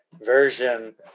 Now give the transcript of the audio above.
version